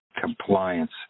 compliance